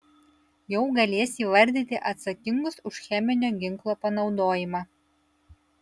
jau galės įvardyti atsakingus už cheminio ginklo panaudojimą